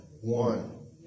one